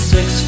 Six